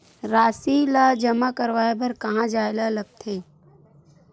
राशि ला जमा करवाय बर कहां जाए ला लगथे